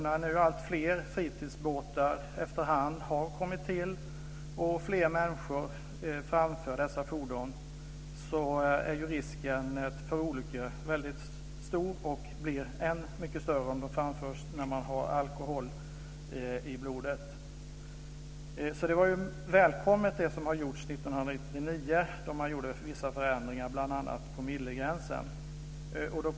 När nu alltfler fritidsbåtar efterhand har kommit till och fler människor framför dessa fordon är risken för olyckor väldigt stor. Risken blir än mycket större om de framförs när man har alkohol i blodet. Därför var ju det som gjordes 1999 välkommet. Då gjorde man vissa förändringar, bl.a. när det gällde promillegränsen.